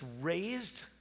raised